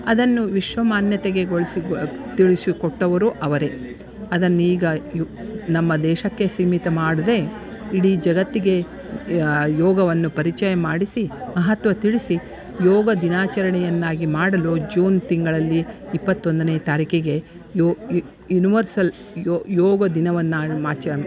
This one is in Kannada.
ಅದನ್ನು ವಿಶ್ವಮಾನ್ಯತೆಗೊಳ್ಸಿ ಗೊ ತಿಳಿಸಿ ಕೊಟ್ಟವರು ಅವರೇ ಅದನ್ನ ಈಗ ಯು ನಮ್ಮ ದೇಶಕ್ಕೆ ಸೀಮಿತ ಮಾಡದೇ ಇಡೀ ಜಗತ್ತಿಗೆ ಯೋಗವನ್ನು ಪರಿಚಯ ಮಾಡಿಸಿ ಮಹತ್ವ ತಿಳಿಸಿ ಯೋಗ ದಿನಾಚರಣೆಯನ್ನಾಗಿ ಮಾಡಲು ಜೂನ್ ತಿಂಗಳಲ್ಲಿ ಇಪ್ಪತ್ತೊಂದನೇ ತಾರಿಖಿಗೆ ಯೋ ಯುನಿವರ್ಸಲ್ ಯೋಗ ದಿನವನ್ನು ಮಾಚ್